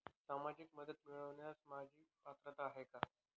सामाजिक मदत मिळवण्यास माझी पात्रता आहे का?